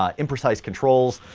um imprecise controls,